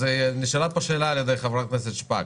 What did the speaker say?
אז נשאלה פה שאלה על ידי חברת הכנסת שפק.